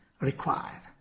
required